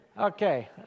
Okay